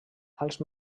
als